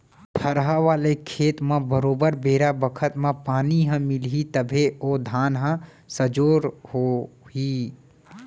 थरहा वाले खेत म बरोबर बेरा बखत म पानी ह मिलही तभे ओ धान ह सजोर हो ही